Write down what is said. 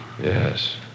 Yes